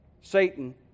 Satan